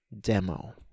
demo